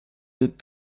les